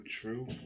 true